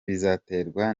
bizaterwa